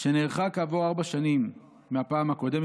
"שנערכה ארבע שנים מהפעם הקודמת,